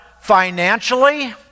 financially